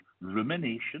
rumination